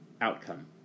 outcome